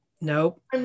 Nope